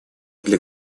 для